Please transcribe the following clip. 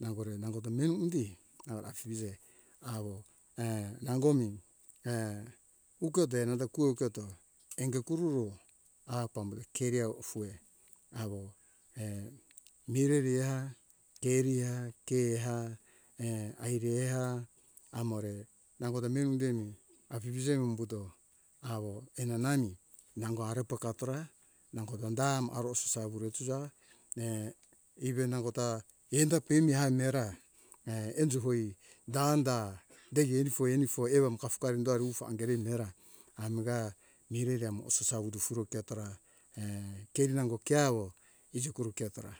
Nangore nangoda meni undi undi awa afije awo e nango mi ukote nanga kuru uketo anga kururo a pambure keriawo fue awo mireri a keria a kea e aire a amore nangoda miu undemi afifije umbuto awo enanami nango arufo kapora nangoda da arosa ure susa e ire nangota enda pemi hai mera e enjo hoi danda degi anifo anifo aimo kafka ando arufo handere imera amga mirere amo hosasa utufuro ketora e keri nango ke awo izi kuru ketora